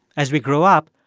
as we grow up,